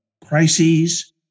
crises